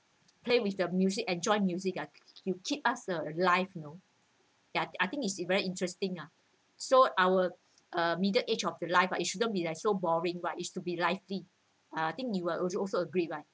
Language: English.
play with the music enjoy music ah to keep us the life you know that I I think it's a very interesting ah so our uh middle age of life it shouldn't be like so boring right is to be lively uh I think you will also agree right